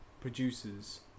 producers